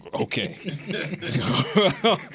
Okay